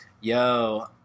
Yo